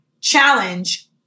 challenge